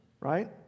right